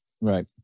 Right